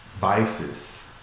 Vices